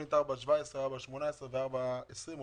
בתכנית 4.17,4.18,4.19 ו-4.20.